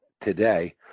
today